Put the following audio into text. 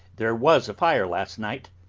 there was a fire last night,